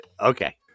Okay